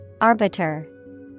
Arbiter